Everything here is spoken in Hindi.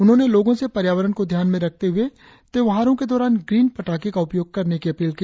उन्होंने लोगो से पर्यावरण को ध्यान में रखते हुए त्यौहारों के दौरान ग्रीन पटाखे का उपयोग करने की अपील की